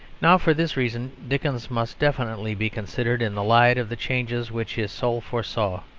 now for this reason dickens must definitely be considered in the light of the changes which his soul foresaw.